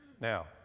Now